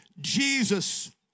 jesus